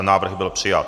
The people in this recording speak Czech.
Návrh byl přijat.